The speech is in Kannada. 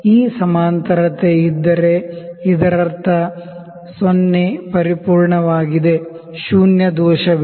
ಈ ಕೋಇನ್ಸೈಡ್ ಆಗಿದ್ದರೆ ಇದರರ್ಥ 0 ಪರಿಪೂರ್ಣವಾಗಿದೆ ಶೂನ್ಯ ದೋಷವಿಲ್ಲ